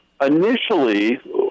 Initially